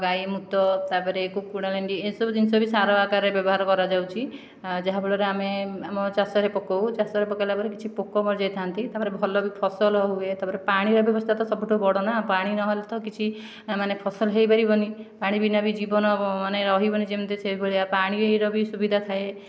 ଗାଈ ମୁତ ତା'ପରେ କୁକୁଡ଼ା ଲେଣ୍ଡି ଏସବୁ ଜିନିଷ ବି ସାର ଆକାରରେ ବ୍ୟବହାର କରାଯାଉଛି ଯାହା ଫଳରେ ଆମେ ଆମ ଚାଷରେ ପକାଉ ଚାଷରେ ପକାଇଲା ପରେ କିଛି ପୋକ ମରିଯାଇଥାନ୍ତି ତା'ପରେ ଭଲ ବି ଫସଲ ହୁଏ ତା'ପରେ ପାଣିର ବ୍ୟବସ୍ଥା ତ ସବୁଠୁ ବଡ଼ ନା ପାଣି ନହେଲେ ତ କିଛି ମାନେ ଫସଲ ହୋଇ ପାରିବନି ପାଣି ବିନା ବି ଜୀବନ ମାନେ ରହିବନି ଯେମିତି ସେହିଭଳିଆ ପାଣିର ବି ସୁବିଧା ଥାଏ